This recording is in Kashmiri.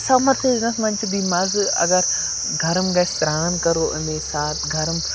سَمَر سیٖزنَس منٛز چھِ بیٚیہِ مَزٕ اگر گَرم گَژھِ سرٛان کَرو اَمے ساتھ گَرم